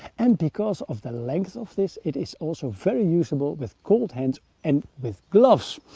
and because of the length of this, it is also very usable with cold hands and with gloves.